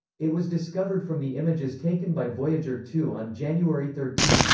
it was discovered from the images taken by voyager two on january thirteen,